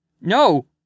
No